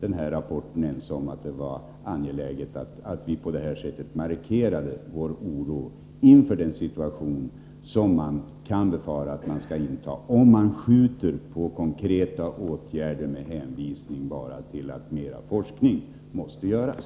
den här rapporten, ense om att det var angeläget att vi på detta sätt markerade vår oro inför den situation som kan befaras uppkomma, om man skjuter på konkreta åtgärder med hänvisning bara till att mera forskning måste utföras.